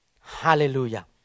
Hallelujah